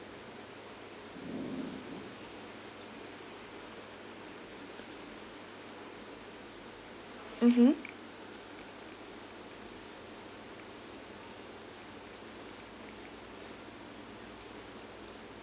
mmhmm